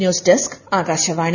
news desk Akashvani